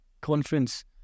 conference